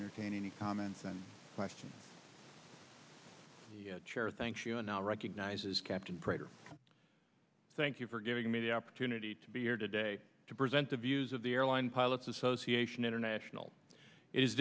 entertain any comments and questions the chair thanks you now recognizes captain prater thank you for giving me the opportunity to be here today to present the views of the airline pilots association international i